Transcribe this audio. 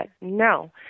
no